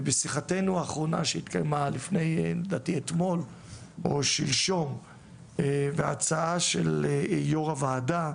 ובשיחתנו האחרונה שהתקיימה לדעתי אתמול בהצגה של יו"ר הוועדה